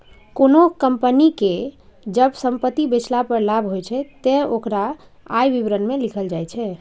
कोनों कंपनी कें जब संपत्ति बेचला पर लाभ होइ छै, ते ओकरा आय विवरण मे लिखल जाइ छै